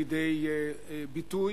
לידי ביטוי,